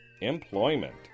employment